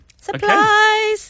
Surprise